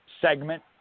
segment